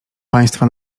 państwa